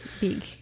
big